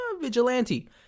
Vigilante